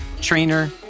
trainer